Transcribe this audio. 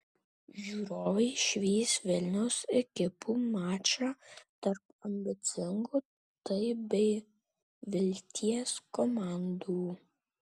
žiūrovai išvys vilniaus ekipų mačą tarp ambicingų taip bei vilties komandų